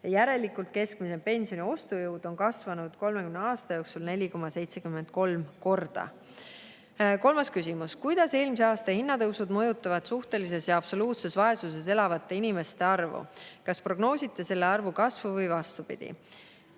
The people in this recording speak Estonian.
Järelikult on keskmise pensioni ostujõud kasvanud 30 aasta jooksul 4,73 korda. Kolmas küsimus: "Kuidas eelmise aasta hinnatõusud mõjutavad suhtelises ja absoluutses vaesuses elavate inimeste arvu? Kas prognoosite selle arvu kasvu või vastupidi?"